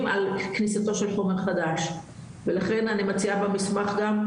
על כניסתו של חומר חדש ולכן אני מציעה במסמך גם,